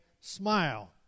smile